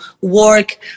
work